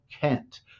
Kent